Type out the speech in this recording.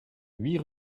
huit